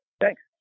Thanks